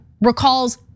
recalls